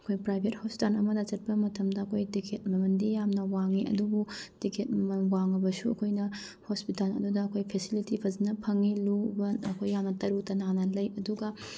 ꯑꯩꯈꯣꯏ private hospital ꯑꯃꯅ ꯆꯠꯄ ꯃꯇꯝꯗ ꯑꯩꯈꯣꯏ ꯇꯤꯀꯦꯠ ꯃꯃꯜꯗꯤ ꯌꯥꯝꯅ ꯋꯥꯡꯉꯤ ꯑꯗꯨꯕꯨ ꯇꯤꯀꯦꯠ ꯃꯃꯜ ꯋꯥꯡꯉꯕꯁꯨ ꯑꯩꯈꯣꯏꯅ ꯍꯣꯁꯄꯤꯇꯥꯟ ꯑꯗꯨꯗ ꯑꯩꯈꯣꯏ ꯐꯦꯁꯤꯂꯤꯇꯤ ꯐꯖꯅ ꯐꯪꯉꯤ ꯂꯨꯕ ꯑꯩꯈꯣꯏ ꯌꯥꯝꯅ ꯇꯔꯨ ꯇꯥꯅꯥꯟꯅ ꯂꯩ ꯑꯗꯨꯒ